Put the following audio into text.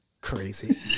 Crazy